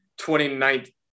2019